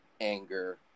anger